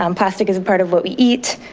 um plastic is a part of what we eat,